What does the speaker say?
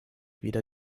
wieder